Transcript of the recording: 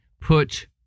put